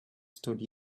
stood